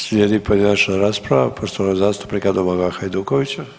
Slijedi pojedinačna rasprava poštovanog zastupnika Domagoja Hajdukovića.